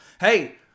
Hey